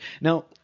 now